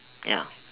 ya